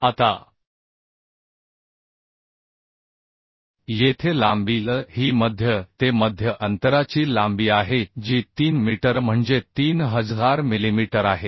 आता येथे लांबी L ही मध्य ते मध्य अंतराची लांबी आहे जी 3 मीटर म्हणजे 3000 मिलीमीटर आहे